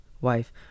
wife